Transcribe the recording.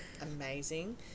amazing